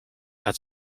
gaat